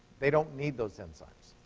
they don't need those enzymes.